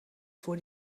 voor